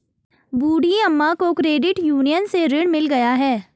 बूढ़ी अम्मा को credit union से ऋण मिल गया है